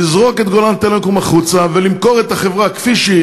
לזרוק את "גולן טלקום" החוצה ולמכור את החברה כפי שהיא,